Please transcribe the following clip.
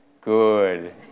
Good